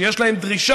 שיש להם דרישה,